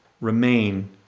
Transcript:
remain